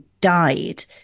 died